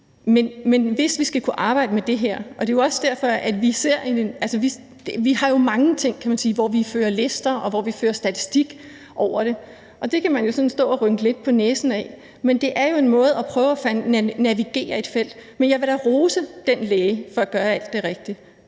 Men man skal kunne arbejde med det her, og det er også derfor, at vi jo har mange ting, hvor vi fører lister, og hvor vi fører statistik over det, og det kan man stå og rynke lidt på næsen af, men det er en måde at prøve at navigere i et felt på. Men jeg vil da rose den læge for at gøre alt det rigtige,